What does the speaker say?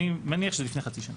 אני מניח שלפני חצי שנה.